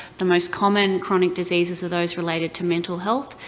the most common chronic diseases are those related to mental health.